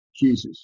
Jesus